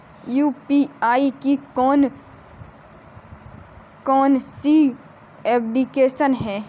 UPI की कौन कौन सी एप्लिकेशन हैं?